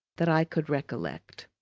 that i could recollect.